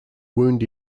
wound